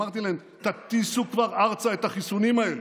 אמרתי להם: תטיסו כבר ארצה את החיסונים האלה,